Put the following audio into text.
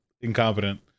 incompetent